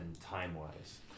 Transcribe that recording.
time-wise